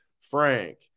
Frank